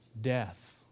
Death